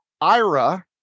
Ira